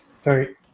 Sorry